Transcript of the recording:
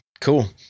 Cool